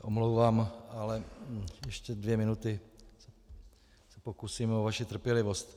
Omlouvám se, ale ještě dvě minuty se pokusím o vaši trpělivost.